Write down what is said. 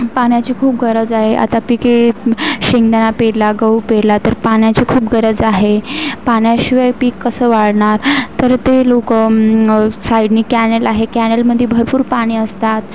पाण्याची खूप गरज आहे आता पिके शेंगदाणा पेरला गहू पेरला तर पाण्याची खूप गरज आहे पाण्याशिवाय पीक कसं वाढणार तर ते लोकं साईडने कॅनल आहे कॅनलमध्ये भरपूर पाणी असतात